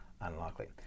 unlikely